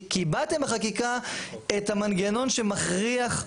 קיבעתם בחקיקה את המנגנון שמכריח,